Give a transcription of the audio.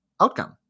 Outcome